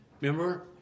remember